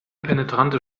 penetrante